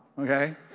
okay